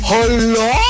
Hello